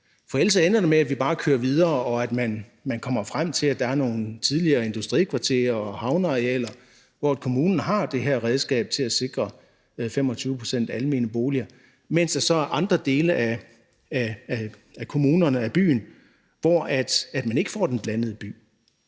For ellers ender det med, at vi bare kører videre, og at man kommer frem til, at der er nogle tidligere industrikvarterer og havnearealer, hvor kommunen har det her redskab til at sikre 25 pct. almene boliger, mens der så er andre dele af kommunen, af byen, hvor man ikke får den blandede by.